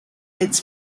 its